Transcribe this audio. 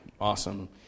awesome